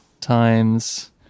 times